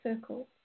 circle